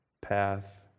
path